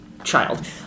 Child